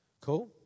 Cool